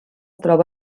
troba